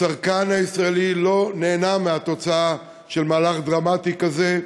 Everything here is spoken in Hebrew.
הצרכן הישראלי לא נהנה מהתוצאה של מהלך דרמטי כזה.